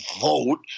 vote